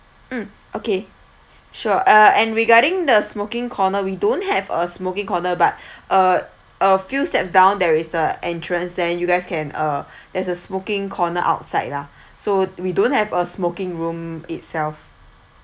mm okay sure uh and regarding the smoking corner we don't have a smoking corner but uh a few steps down there is the entrance there you guys can uh there's a smoking corner outside lah so we don't have a smoking room itself